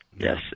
Yes